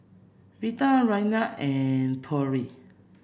Vita Raynard and Pearle